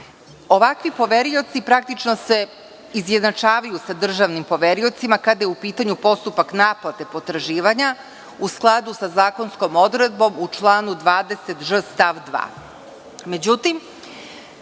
Ovakvi poverioci praktično se izjednačavaju sa državnim poveriocima kada je u pitanju postupak naplate potraživanja u skladu sa zakonskom odredbom u članu 20ž stav.